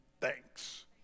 thanks